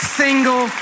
single